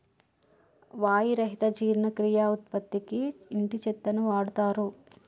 వాయి రహిత జీర్ణక్రియ ఉత్పత్తికి ఇంటి చెత్తను వాడుతారు